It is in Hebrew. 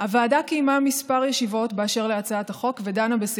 על מצב החירום בשל נגיף הקורונה.